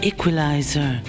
Equalizer